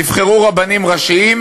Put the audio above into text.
נבחרו רבנים ראשיים,